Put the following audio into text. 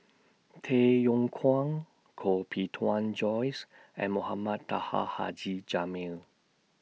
Tay Yong Kwang Koh Bee Tuan Joyce and Mohamed Taha Haji Jamil